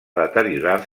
deteriorar